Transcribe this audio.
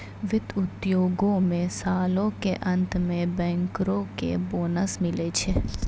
वित्त उद्योगो मे सालो के अंत मे बैंकरो के बोनस मिलै छै